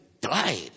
died